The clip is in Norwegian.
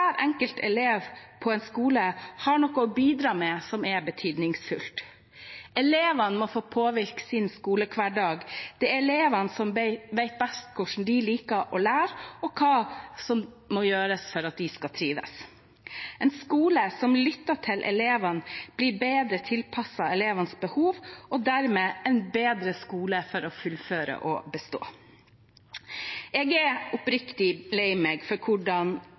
enkelt elev på en skole har noe å bidra med som er betydningsfullt. Elevene må få påvirke sin skolehverdag, det er elevene som vet best hvordan de liker å lære, og hva som må gjøres for at de skal trives. En skole som lytter til elevene, blir bedre tilpasset elevenes behov og dermed en bedre skole for å fullføre og bestå. Jeg er oppriktig lei meg for hvordan